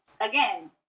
again